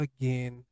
again